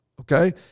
Okay